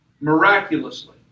miraculously